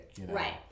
Right